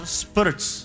spirits